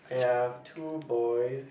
ya I have two boys